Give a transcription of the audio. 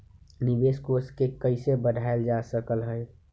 निवेश कोष के कइसे बढ़ाएल जा सकलई ह?